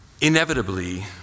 inevitably